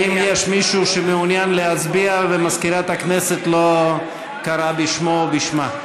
האם יש מישהו שמעוניין להצביע ומזכירת הכנסת לא קראה בשמו או בשמה?